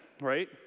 right